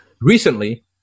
recently